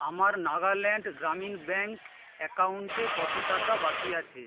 আমার নাগাল্যান্ড গ্রামীণ ব্যাঙ্ক অ্যাকাউন্টে কত টাকা বাকি আছে